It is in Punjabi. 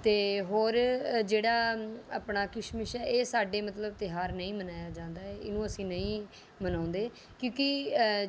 ਅਤੇ ਹੋਰ ਜਿਹੜਾ ਆਪਣਾ ਕ੍ਰਿਸਮਿਸ ਇਹ ਸਾਡੇ ਮਤਲਬ ਤਿਉਹਾਰ ਨਹੀਂ ਮਨਾਇਆ ਜਾਂਦਾ ਇਹਨੂੰ ਅਸੀਂ ਨਹੀਂ ਮਨਾਉਂਦੇ ਕਿਉਂਕਿ